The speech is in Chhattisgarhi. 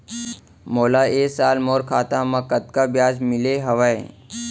मोला ए साल मोर खाता म कतका ब्याज मिले हवये?